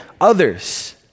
others